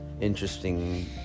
interesting